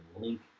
link